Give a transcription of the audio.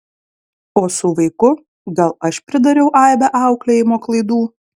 o su vaiku gal aš pridariau aibę auklėjimo klaidų